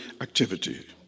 activity